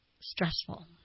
stressful